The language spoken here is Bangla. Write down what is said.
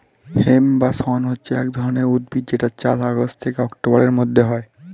হেম্প বা শণ হচ্ছে এক ধরণের উদ্ভিদ যেটার চাষ আগস্ট থেকে অক্টোবরের মধ্যে হয়